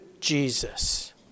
Jesus